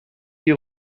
die